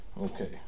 Okay